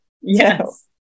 Yes